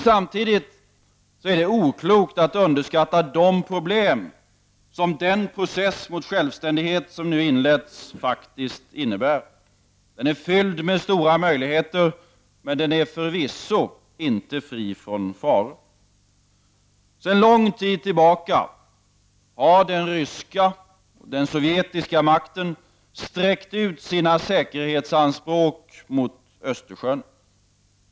Samtidigt är det oklokt att underskatta de problem som den process mot självständighet som nu inletts faktiskt innebär. Den är fylld med stora möjligheter, men den är förvisso inte fri från faror. Sedan lång tid tillbaka har den ryska och den sovjetiska makten sträckt ut sina säkerhetsanspråk mot Östersjön.